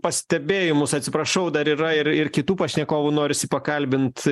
pastebėjimus atsiprašau dar yra ir ir kitų pašnekovų norisi pakalbint